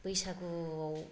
बैसागुआव